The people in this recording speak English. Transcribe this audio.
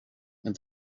and